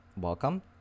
welcome